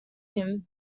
him